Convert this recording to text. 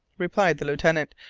replied the lieutenant.